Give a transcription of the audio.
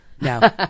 No